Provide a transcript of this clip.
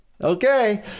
okay